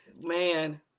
man